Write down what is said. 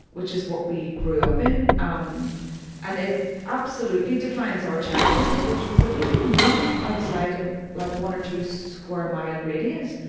which is what we grew up in, um and it absolutely defines our childhood, which was that we didn't move outside of like, one or two square mile radius.